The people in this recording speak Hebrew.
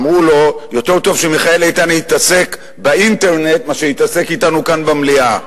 יותר טוב שמיכאל איתן יתעסק באינטרנט מאשר שיתעסק אתנו כאן במליאה.